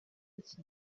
iki